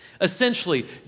Essentially